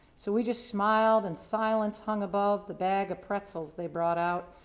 so we just smiled and silence hung above the bag of pretzels they brought out,